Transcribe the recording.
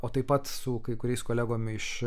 o taip pat su kai kuriais kolegom iš